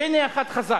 והנה אחד חזק,